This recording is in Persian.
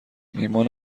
ایمان